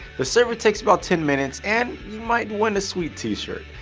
the survey takes about ten minutes and you might win a sweet t-shirt.